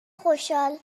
خوشحال